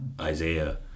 Isaiah